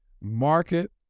market